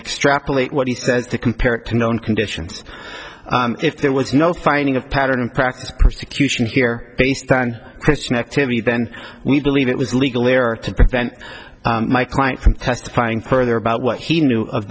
extrapolate what he says to compare it to known conditions if there was no finding of pattern and practice persecution here based on christian activity then we believe it was legal error to prevent my client from testifying further about what he knew of